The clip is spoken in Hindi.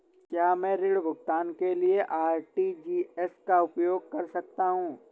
क्या मैं ऋण भुगतान के लिए आर.टी.जी.एस का उपयोग कर सकता हूँ?